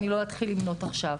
אני לא אתחיל למנות עכשיו.